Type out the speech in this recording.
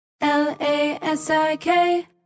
L-A-S-I-K